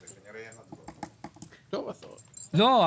לא,